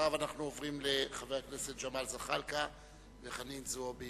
ואחריו אנחנו עוברים לחברי הכנסת ג'מאל זחאלקה וחנין זועבי,